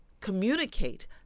communicate